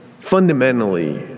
Fundamentally